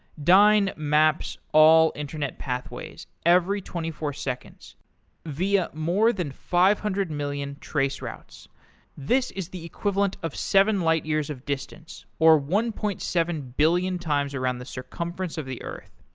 dyn maps all internet pathways every twenty four seconds via more than five hundred million traceroutes. this is the equivalent of seven light years of distance, or one point seven billion times around the circumference of the earth.